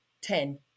ten